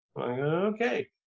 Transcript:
Okay